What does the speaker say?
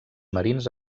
marins